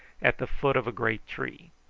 at the foot of a great tree.